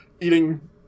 Eating